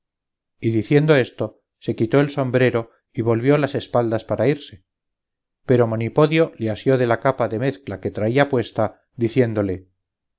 y diciendo esto se quitó el sombrero y volvió las espaldas para irse pero monipodio le asió de la capa de mezcla que traía puesta diciéndole